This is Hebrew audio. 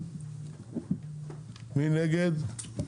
מי נגד?